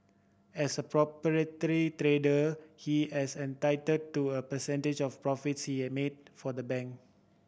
as a proprietary trader he has entitled to a percentage of the profits he made for the bank